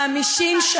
לא,